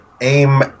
aim